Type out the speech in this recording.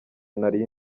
nari